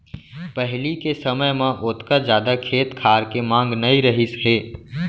पहिली के समय म ओतका जादा खेत खार के मांग नइ रहिस हे